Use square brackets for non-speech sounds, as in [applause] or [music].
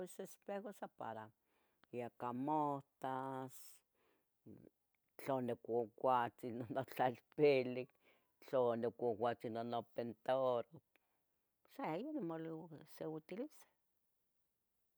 Pos espejo san para yiaca motas, ntla nicuacualtzin [laughs] onotlalpilic, tla nicuacualtzin onopintaroh sa ino mo, se utiliza